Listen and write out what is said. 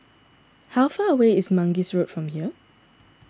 how far away is Mangis Road from here